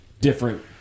different